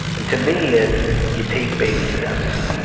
and to me, it's you take baby steps.